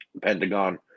Pentagon